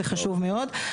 זה חשוב מאוד.